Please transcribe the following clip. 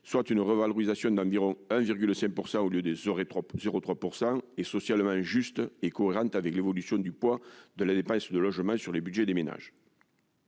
soit une revalorisation d'environ 1,5 % au lieu de 0,3 %, est socialement juste et cohérente du fait de l'évolution du poids de la dépense de logement sur les budgets des ménages.